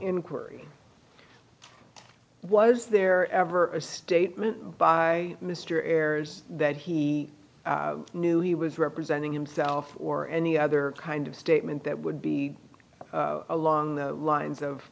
inquiry was there ever a statement by mr ayres that he knew he was representing himself or any other kind of statement that would be along the lines of